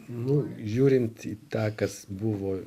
nu žiūrint į tą kas buvo